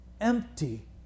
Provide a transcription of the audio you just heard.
empty